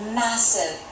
massive